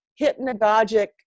hypnagogic